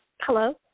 Hello